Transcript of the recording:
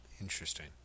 Interesting